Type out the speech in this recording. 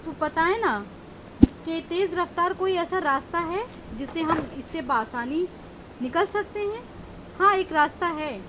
تو بتائیں نا کہ تیز رفتار کوئی ایسا راستہ ہے جس سے ہم اس سے بآسانی نکل سکتے ہیں ہاں ایک راستہ ہے